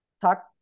talk